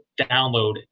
download